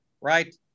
right